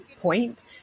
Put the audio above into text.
point